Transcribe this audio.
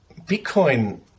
Bitcoin